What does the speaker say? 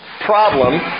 problem